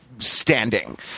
Standing